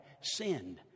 sinned